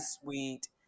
sweet